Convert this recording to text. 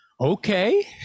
okay